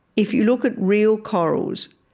if you look at real corals,